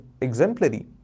exemplary